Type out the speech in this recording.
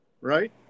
right